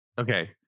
Okay